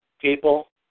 people